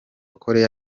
koreya